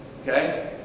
Okay